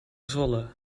zwolle